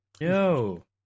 Yo